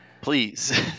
Please